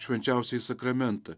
švenčiausiąjį sakramentą